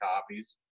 copies